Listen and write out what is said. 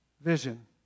vision